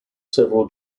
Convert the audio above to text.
several